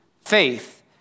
Faith